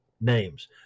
names